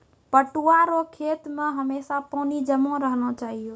पटुआ रो खेत मे हमेशा पानी जमा रहना चाहिऔ